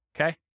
Okay